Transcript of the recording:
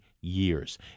years